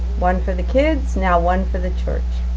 one for the kids, now one for the church